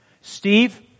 Steve